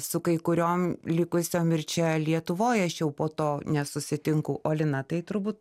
su kai kuriom likusiom ir čia lietuvoj aš jau po to nesusitinku o lina tai turbūt